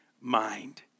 mind